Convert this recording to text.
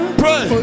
pray